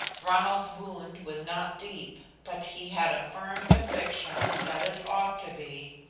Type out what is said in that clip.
ronald's wound was not deep, but he had a firm conviction that it ought to be.